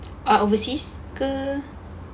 ah overseas ke